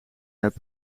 heb